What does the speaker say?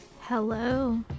Hello